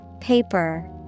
Paper